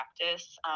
practice